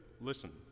listen